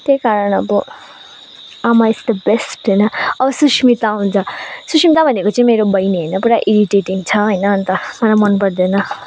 त्यही कारण अब आमा इज द बेस्ट होइन अब सुष्मिता आउँछ सुष्मिता भनेको चाहिँ मेरो बहिनी होइन पुरा इरिटेटिङ छ होइन अन्त मलाई मनपर्दैन